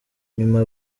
nyuma